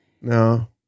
No